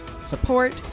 support